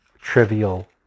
trivial